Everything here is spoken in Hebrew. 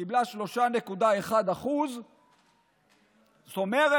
היא קיבלה 3.1%. זאת אומרת,